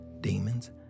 demons